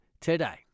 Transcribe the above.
today